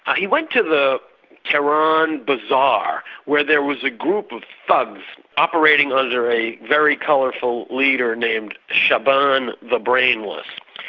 ah he went to the tehran bazaar, where there was a group of thugs operating under a very colourful leader named shaban the brainless.